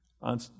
on